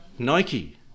Nike